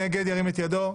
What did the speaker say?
ירים את ידו.